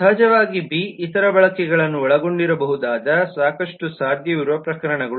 ಸಹಜವಾಗಿ ಬಿ ಇತರ ಬಳಕೆಗಳನ್ನು ಒಳಗೊಂಡಿರಬಹುದು ಸಾಕಷ್ಟು ಸಾಧ್ಯವಿರುವ ಪ್ರಕರಣಗಳು